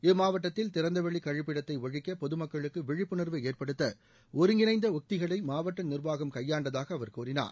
இம்மாவட்டத்தில் திறந்தவெளி கழிப்பிடத்தை ஒழிக்க பொது மக்களுக்கு விழிப்புணர்வை ஏற்படுத்த ஒருங்கிணைந்த உக்திகளை மாவட்ட நிர்வாகம் கையாண்டதாக் அவர் கூறினார்